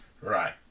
Right